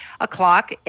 o'clock